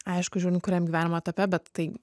aišku žiūrint kuriam gyvenimo etape bet tai